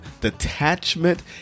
detachment